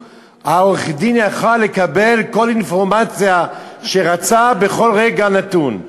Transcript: העורך-דין יכול היה לקבל כל אינפורמציה שרצה בכל רגע נתון.